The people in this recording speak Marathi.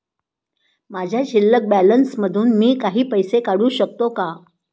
माझ्या शिल्लक बॅलन्स मधून मी काही पैसे काढू शकतो का?